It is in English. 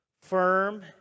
firm